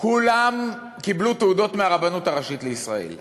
שכולם קיבלו תעודות מהרבנות הראשית לישראל.